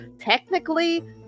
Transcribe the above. Technically